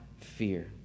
fear